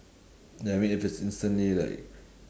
I mean if it's instantly like